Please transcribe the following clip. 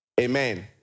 Amen